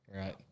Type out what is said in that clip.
right